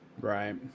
Right